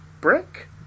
Brick